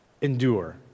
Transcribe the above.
Endure